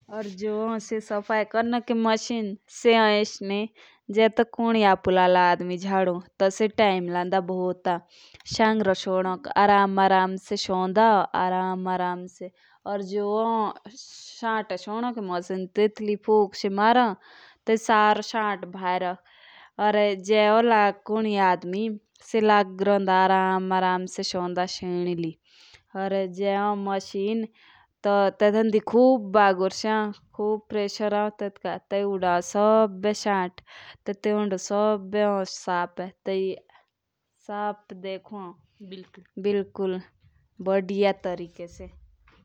या जो होन से सफ़ाई कोरनो की मशीन से ही एस जे तो कुनी आदमी अपु लाला झाडू से टेटोक टाइम लगदा भुता संग्रो सोनोक। या फिर मैं मरून की मशीन पर काम कर रहा हूं। या फिर मुझे एक आदमी से लगे रोना चाहिए।